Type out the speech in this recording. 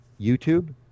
YouTube